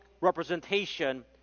representation